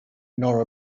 nor